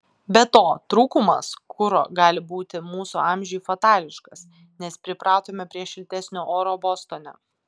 be to trūkumas kuro gali būti mūsų amžiui fatališkas nes pripratome prie šiltesnio oro bostone